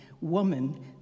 woman